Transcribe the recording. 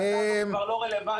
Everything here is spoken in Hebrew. עכשיו היא כבר לא רלוונטית.